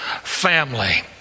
family